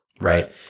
Right